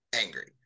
angry